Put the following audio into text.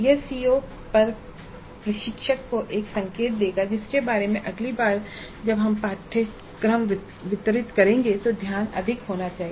यह सीओ पर प्रशिक्षक को एक संकेत देगा जिसके बारे में अगली बार जब हम पाठ्यक्रम वितरित करेंगे तो ध्यान अधिक होना चाहिए